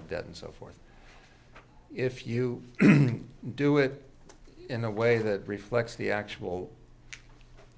of debt and so forth if you do it in a way that reflects the actual